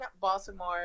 baltimore